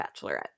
Bachelorette